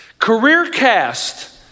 CareerCast